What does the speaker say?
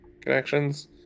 connections